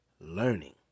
learning